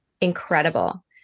incredible